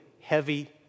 heavy